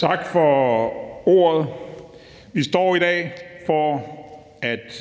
Tak for ordet. Vi står her